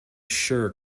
sure